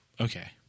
Okay